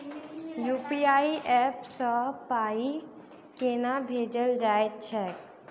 UPI app सँ पाई केना भेजल जाइत छैक?